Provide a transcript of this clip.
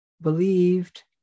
Believed